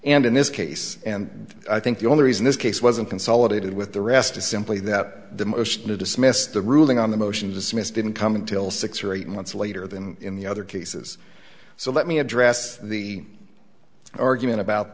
and in this case and i think the only reason this case wasn't consolidated with the rest is simply that the motion to dismiss the ruling on the motion dismissed didn't come until six or eight months later than in the other cases so let me address the argument about